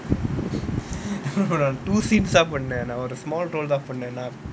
two scenes பண்ணுனே நான் ஒரு:pannunae naan oru small பண்ணினேன்:panninaen